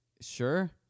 sure